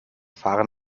fahren